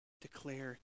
declare